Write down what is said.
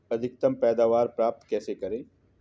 अधिकतम पैदावार प्राप्त कैसे करें?